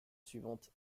suivante